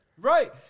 Right